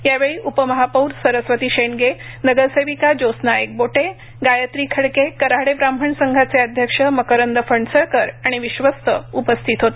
यावेळी उपमहापौर सरस्वती शेंडगे नगरसेविका ज्योत्स्ना एकबोटे गायत्री खडके कऱ्हाडे ब्राह्मण संघाचे अध्यक्ष मकरंद फणसळकर आणि विश्वस्त उपस्थित होते